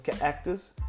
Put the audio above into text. actors